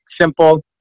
simple